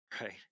right